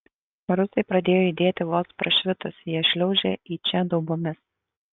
rusai pradėjo judėti vos prašvitus jie šliaužia į čia daubomis